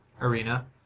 arena